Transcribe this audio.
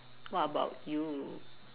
what about you